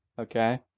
okay